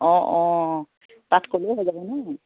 অঁ অঁ তাত ক'লেও হৈ যাব ন